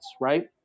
right